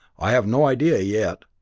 i have no idea yet.